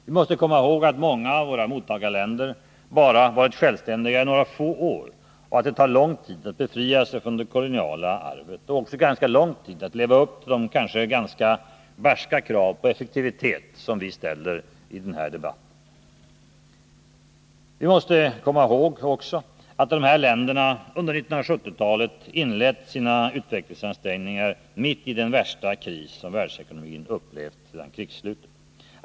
Vi måste komma ihåg att många av våra mottagarländer bara har varit självständiga i några få år och att det tar lång tid att befria sig från det koloniala arvet och också ganska lång tid att leva upp till de kanske relativt barska krav på effektivitet som vi ställer i den här debatten. Vi måste vidare komma ihåg att dessa länder under 1970-talet inlett sina utvecklingsansträngningar mitt i den värsta kris som världsekonomin upplevt sedan krigsslutet.